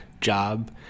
job